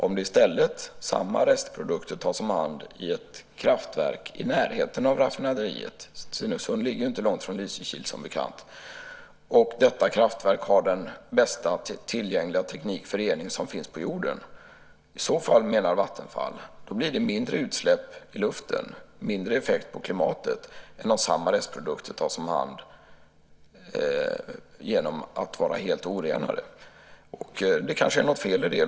Om i stället samma restprodukter tas om hand i ett kraftverk i närheten av raffinaderiet - Stenungsund ligger inte långt från Lysekil, som bekant - och detta kraftverk har den bästa tillgängliga teknik för rening som finns på jorden menar Vattenfall att det blir mindre utsläpp i luften och mindre effekt på klimatet än om samma restprodukter tas om hand helt orenade. Det kanske är något fel i det.